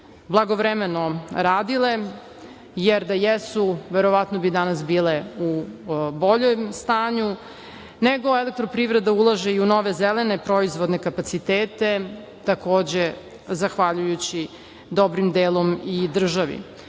blagovremeno radile, jer da jesu, verovatno bi danas bile u boljem stanju, nego elektroprivreda ulaže i u nove zelene proizvodne kapacitete, takođe zahvaljujući dobrim delom i